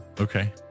Okay